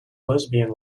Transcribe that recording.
lesbian